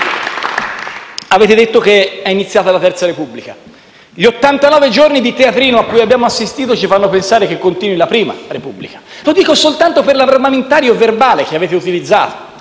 Avete detto che è iniziata la terza Repubblica, ma gli ottantanove giorni di teatrino a cui abbiamo assistito ci fanno pensare che continui la prima Repubblica, lo dico soltanto per l'armamentario verbale che avete utilizzato: